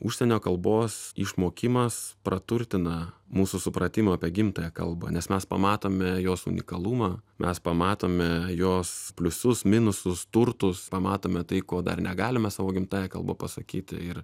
užsienio kalbos išmokimas praturtina mūsų supratimą apie gimtąją kalbą nes mes pamatome jos unikalumą mes pamatome jos pliusus minusus turtus pamatome tai ko dar negalime savo gimtąja kalba pasakyt ir